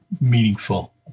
meaningful